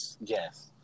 Yes